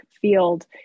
field